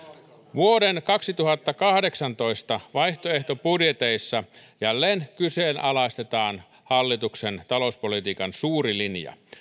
vuoden kaksituhattakahdeksantoista vaihtoehtobudjeteissa jälleen kyseenalaistetaan hallituksen talouspolitiikan suuri linja